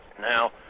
Now